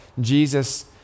Jesus